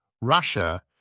Russia